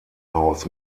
haus